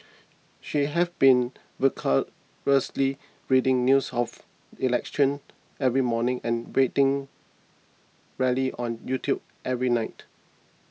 she have been voraciously reading news of election every morning and waiting rallies on YouTube every night